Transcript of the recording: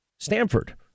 Stanford